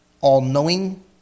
all-knowing